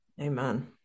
Amen